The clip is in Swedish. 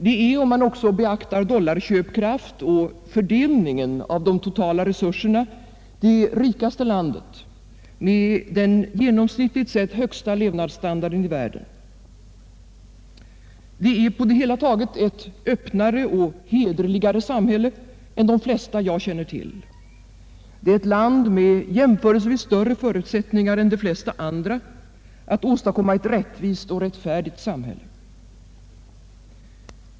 Det är, om man också beaktar dollarköpkraften och fördelningen av de totala resurserna, det rikaste landet med den genomsnittligt sett högsta levnadsstandarden i världen. Det är på det hela taget ett öppnare och hederligare samhälle än de flesta jag känner till. Det är ett land med jämförelsevis större förutsättningar än de flesta andra att åstadkomma ett rättvist och rättfärdigt samhälle.